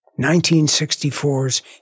1964's